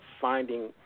finding